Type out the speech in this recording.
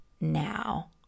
now